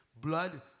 blood